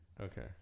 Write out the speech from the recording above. okay